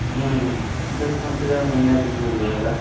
उधर पाँच हज़ार महिना तक मिल जाएगा